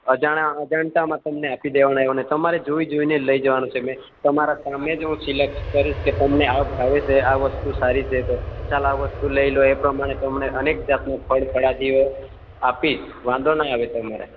અજાણ્યા અજાણતામાં તમને આપી દેવાને તમારે જોઈ જોઈ ને લઈ જવાનું છે તમારા સામે જ હું સિલેકટ કરીશ કે તમને આ ભાવે છે આ વસ્તુ સારી છે તો ચાલ આ વસ્તુ લઈ લો એ પ્રમાણે તમને અનેક જાતનું ફળફળાદીઓ આપી વાંધો નય આવે તમારે